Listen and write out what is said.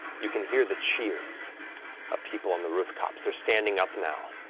you can hear the cheers of people on the rooftops. they're standing up now,